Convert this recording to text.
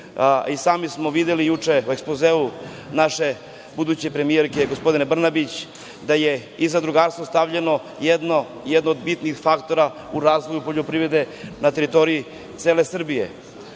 Sami smo videli juče u ekspozeu naše buduće premijerke gospođe Brnabić, da je i zadrugarstvo stavljeno jedno od bitnih faktora u razvoju poljoprivrede na teritoriji cele Srbije.